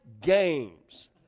games